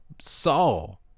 Saul